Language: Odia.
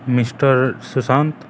ମିଷ୍ଟର ସୁଶାନ୍ତ